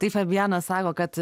tai fabianas sako kad